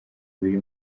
biri